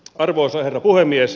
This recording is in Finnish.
arvoisa herra puhemies